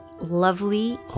lovely